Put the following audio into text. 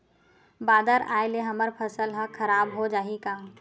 बादर आय ले हमर फसल ह खराब हो जाहि का?